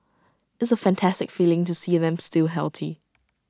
it's A fantastic feeling to see them still healthy